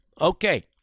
Okay